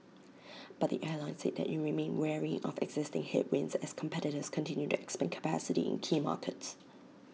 but the airline said that IT remained wary of existing headwinds as competitors continue to expand capacity in key markets